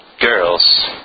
girls